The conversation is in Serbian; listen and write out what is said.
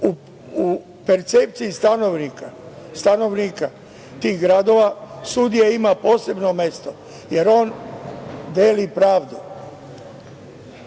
U percepciji stanovnika tih gradova, sudija ima posebno mesto, jer on deli